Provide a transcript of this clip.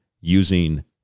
using